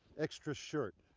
extra shirt,